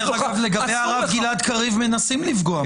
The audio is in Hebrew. לגבי הרב גלעד קריב מנסים לפגוע.